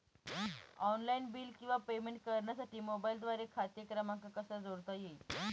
Online bill किंवा payment करण्यासाठी मोबाईलद्वारे खाते क्रमांक कसा जोडता येईल?